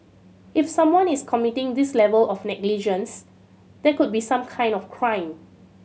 if someone is committing this level of negligence there could be some kind of crime